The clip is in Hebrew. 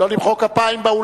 לא למחוא כפיים.